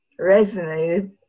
resonated